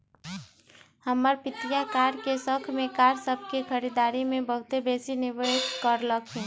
हमर पितिया कार के शौख में कार सभ के खरीदारी में बहुते बेशी निवेश कलखिंन्ह